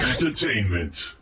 Entertainment